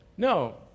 No